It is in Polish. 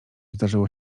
zdarzyło